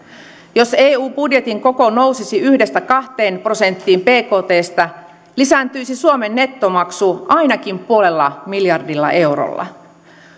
jos eu budjetin koko nousisi yhdestä kahteen prosenttiin bktstä lisääntyisi suomen nettomaksu ainakin puolella miljardilla eurolla